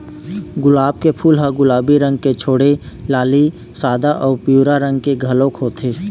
गुलाब के फूल ह गुलाबी रंग के छोड़े लाली, सादा अउ पिंवरा रंग के घलोक होथे